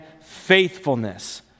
faithfulness